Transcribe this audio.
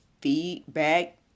feedback